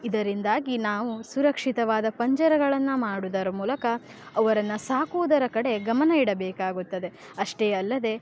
ಇದರಿಂದಾಗಿ ನಾವು ಸುರಕ್ಷಿತವಾದ ಪಂಜರಗಳನ್ನು ಮಾಡುವುದರ ಮೂಲಕ ಅವರನ್ನು ಸಾಕುವುದರ ಕಡೆ ಗಮನ ಇಡಬೇಕಾಗುತ್ತದೆ ಅಷ್ಟೇ ಅಲ್ಲದೆ